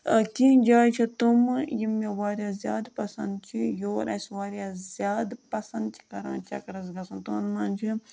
کیٚنٛہہ جایہِ چھےٚ تِمہٕ یِم مےٚ واریاہ زیادٕ پَسنٛد چھِ یور اَسہِ واریاہ زیادٕ پَسنٛد چھِ کَران چَکرَس گَژھُن تِمَن منٛز چھِ